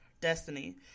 destiny